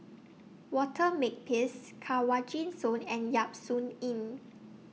Walter Makepeace Kanwaljit Soin and Yap Su Yin